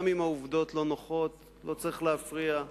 גם אם העובדות לא נוחות לא צריך להפריע.